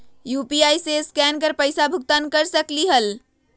UPI से scan कर पईसा भुगतान कर सकलीहल?